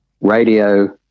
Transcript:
radio